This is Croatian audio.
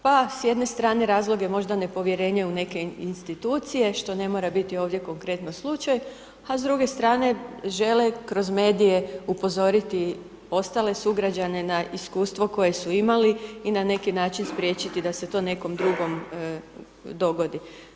Pa s jedne strane razlog je možda nepovjerenje u neke institucije, što ne mora biti ovdje konkretno slučaj, a s druge strane, žele kroz medije upozoriti ostale sugrađane na iskustvo koje su imali i na neki način spriječiti da se to nekom drugom dogodi.